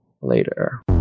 later